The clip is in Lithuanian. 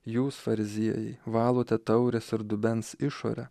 jūs fariziejai valote taurės ar dubens išorę